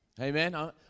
Amen